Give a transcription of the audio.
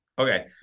Okay